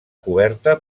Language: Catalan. coberta